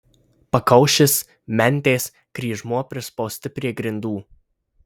pakaušis mentės kryžmuo prispausti prie grindų